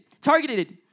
targeted